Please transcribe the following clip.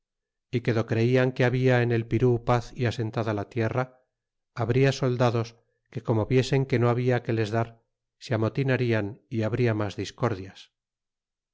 y que do creian que habla en el pirú paz y asentada la tierra habria soldados que como viesen que no habia que les dar se amotinarian y habria mas discordias